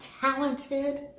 talented